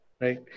right